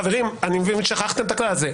חברים, אני מבין ששכחתם את הכלל הזה.